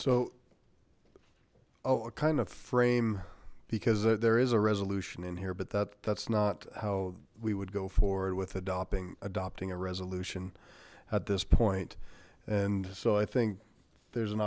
oh kind of frame because there is a resolution in here but that that's not how we would go forward with adopting adopting a resolution at this point and so i think there's an